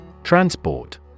Transport